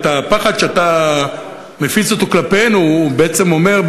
הפחד שאתה מפיץ כלפינו בעצם אומר,